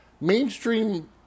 mainstream